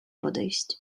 podejść